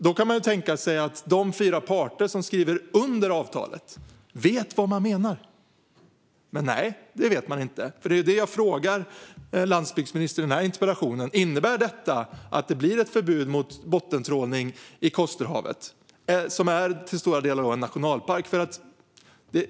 Då kan man tänka sig att de fyra parter som skriver under avtalet vet vad som menas. Men nej, det vet de inte. Det var ju det jag frågade landsbygdsministern i denna interpellation: Innebär detta att det blir ett förbud mot bottentrålning i Kosterhavet, som till stora delar är en nationalpark?